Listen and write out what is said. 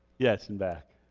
yes and back